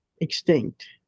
extinct